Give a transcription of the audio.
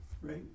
Right